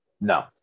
No